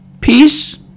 peace